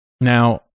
now